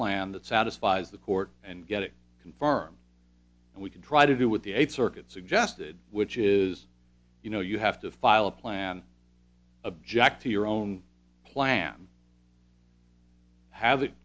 plan that satisfies the court and get it confirmed and we can try to do with the eighth circuit suggested which is you know you have to file a plan object to your own plan h